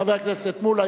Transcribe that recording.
חבר הכנסת מולה,